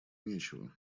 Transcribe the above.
нечего